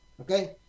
Okay